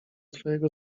twojego